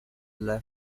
left